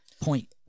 Point